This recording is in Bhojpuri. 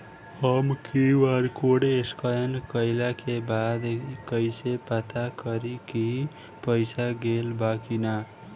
हम क्यू.आर कोड स्कैन कइला के बाद कइसे पता करि की पईसा गेल बा की न?